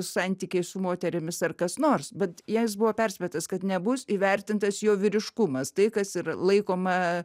santykiai su moterimis ar kas nors bet jei jis buvo perspėtas kad nebus įvertintas jo vyriškumas tai kas ir laikoma